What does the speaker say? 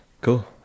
Cool